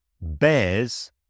bears